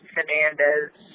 Fernandez